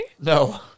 No